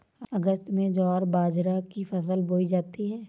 अगस्त में ज्वार बाजरा की फसल बोई जाती हैं